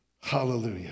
Hallelujah